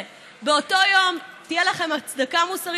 והיו גם קבוצות בחברה